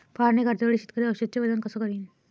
फवारणी करते वेळी शेतकरी औषधचे वजन कस करीन?